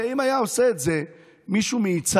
הרי אם היה עושה את זה מישהו מיצהר,